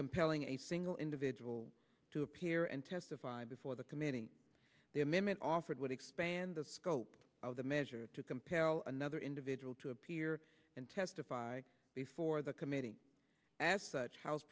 compelling a single individual to appear and testify before the committing the amendment offered would expand the scope of the measure to compel another individual to appear and testify before the committee as such house